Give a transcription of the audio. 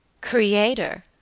creator!